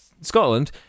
Scotland